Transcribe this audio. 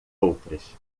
outras